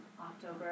October